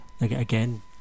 again